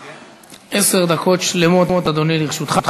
עשר דקות שלמות, אדוני, לרשותך.